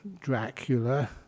Dracula